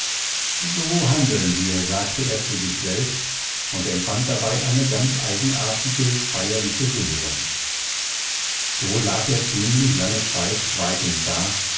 so handeln wir sagte er zu sich selbst und empfand dabei eine ganz eigenartige feierliche rührung so lag er ziemlich lange zeit schweigend da